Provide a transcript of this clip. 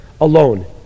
alone